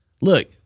Look